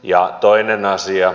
ja toinen asia